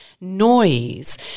noise